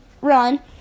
run